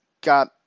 got